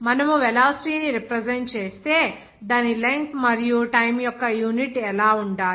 మనము వెలాసిటీ ని రిప్రజెంట్ చేస్తే దాని లెంగ్త్ మరియు టైమ్ యొక్క యూనిట్ ఎలా ఉండాలి